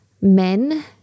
men